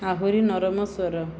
ଆହୁରି ନରମ ସ୍ଵର